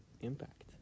impact